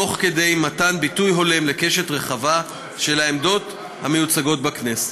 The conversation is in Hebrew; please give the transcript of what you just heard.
תוך כדי מתן ביטוי הולם לקשת הרחבה של העמדות המיוצגות בכנסת.